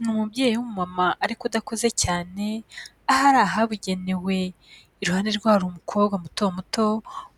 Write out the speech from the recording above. Ni umubyeyi w'umumama ariko udakuze cyane aho ari ahabugenewe, iruhande rwe hari umukobwa mutomuto